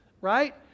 Right